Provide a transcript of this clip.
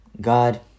God